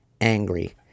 angry